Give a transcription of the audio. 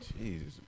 Jesus